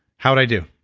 how'd i do?